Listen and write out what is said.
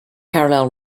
parallel